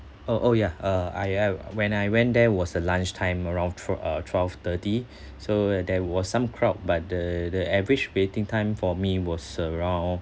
oh oh yeah uh I uh I when I went there it was the lunchtime around twe~ uh twelve thirty so there was some crowd but the the average waiting time for me was around